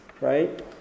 Right